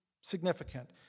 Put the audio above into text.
significant